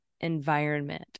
environment